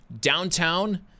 downtown